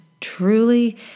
truly